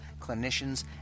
clinicians